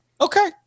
Okay